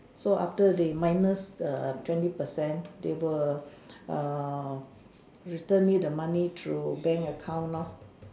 so after they minus the twenty percent they will err return me the money through bank account lor